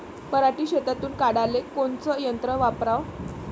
पराटी शेतातुन काढाले कोनचं यंत्र वापराव?